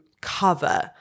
cover